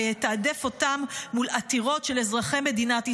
ויתעדף אותם מול עתירות של אזרחי מדינת ישראל.